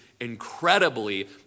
incredibly